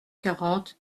quarante